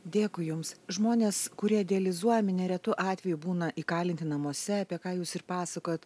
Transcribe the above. dėkui jums žmonės kurie dializuojami neretu atveju būna įkalinti namuose apie ką jūs ir pasakot